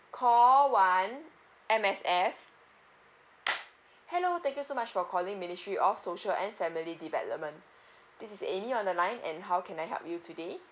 call one M_S_F hello thank you so much for calling ministry of social and family development this is amy on the line and how can I help you today